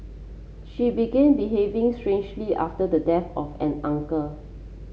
she began behaving strangely after the death of an uncle